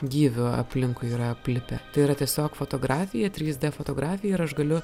gyvių aplinkui yra aplipę tai yra tiesiog fotografija trys d fotografija ir aš galiu